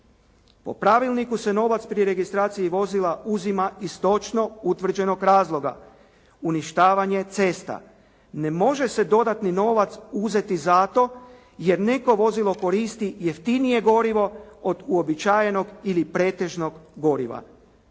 Po pravilniku se novac pri registraciji vozila uzima iz točno utvrđenog razloga, uništavanje cesta. Ne može se dodatni novac uzeti za to jer neko vozilo koristi jeftinije gorivo od uobičajenog ili pretežnog goriva.